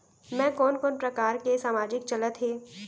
मैं कोन कोन प्रकार के सामाजिक चलत हे?